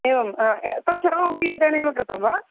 एवं तत्सर्वमपि एतेनैव कृतं वा